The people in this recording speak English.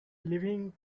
living